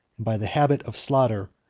by the habit of slaughter,